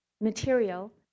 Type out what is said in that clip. material